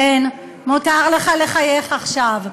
כן, מותר לך לחייך עכשיו.